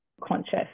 conscious